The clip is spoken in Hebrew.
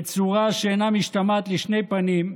בצורה שאינה משתמעת לשני פנים,